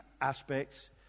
aspects